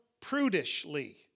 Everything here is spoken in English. prudishly